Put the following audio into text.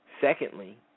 Secondly